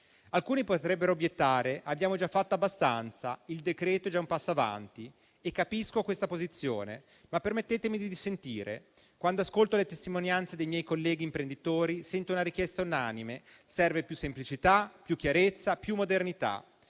Alcuni potrebbero obiettare che abbiamo già fatto abbastanza e che il provvedimento è già un passo avanti. Capisco questa posizione, ma permettetemi di dissentire. Quando ascolto le testimonianze dei miei colleghi imprenditori, io sento una richiesta unanime: servono più semplicità, più chiarezza, più modernità.